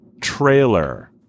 trailer